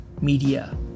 media